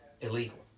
illegal